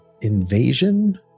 invasion